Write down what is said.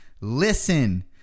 listen